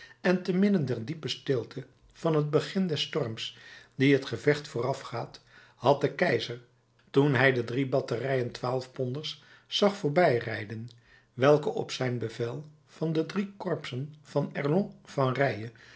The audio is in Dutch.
en te midden der diepe stilte van het begin des storms die het gevecht voorafgaat had de keizer toen hij de drie batterijen twaalfponders zag voorbijrijden welke op zijn bevel van de drie korpsen van erlon van